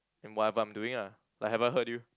in whatever I'm doing ah like have I hurt you